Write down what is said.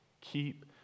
Keep